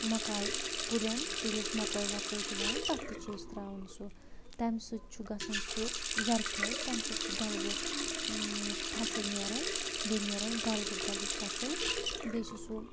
مکایہِ کُلٮ۪ن ییلٚہِ أسۍ مکٲۍ وکٲۍ چھِ وَوان تتھ تہِ چھِ أسۍ تراوَان سُہ تمہِ سۭتۍ چھُ گژھَان سُہ زرخیز تمہِ سۭتۍ چھُ غلبہٕ فصل نیرَان بیٚیہِ نیرَان غلبہٕ غلبہٕ فصل بیٚیہِ چھُ سُہ